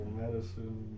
medicine